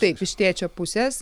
taip iš tėčio pusės